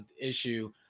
issue